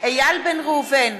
איל בן ראובן,